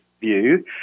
view